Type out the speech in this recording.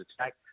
attack